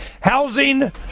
housing